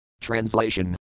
Translation